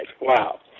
Wow